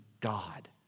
God